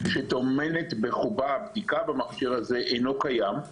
שטומנת בחובה הבדיקה במכשיר הזה, אינו קיים.